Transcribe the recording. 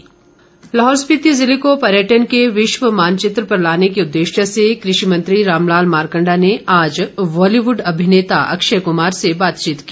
मारकंडा लाहौल स्पिति जिले को पर्यटन के विश्व मानचित्र पर लाने के उद्देश्य से कृषि मंत्री रामलाल मारकंडा ने आज बालीवुड अभिनेता अक्षय कमार से बातचीत की